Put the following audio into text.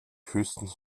höchstens